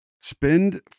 spend